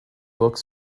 book